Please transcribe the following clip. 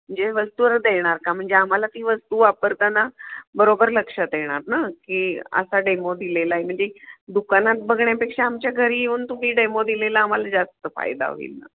म्हणजे वस्तूवर देणार का म्हणजे आम्हाला ती वस्तू वापरताना बरोबर लक्षात येणार ना की असा डेमो दिलेला आहे म्हणजे दुकानात बघण्यापेक्षा आमच्या घरी येऊन तुम्ही डेमो दिलेला आम्हाला जास्त फायदा होईल ना